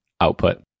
output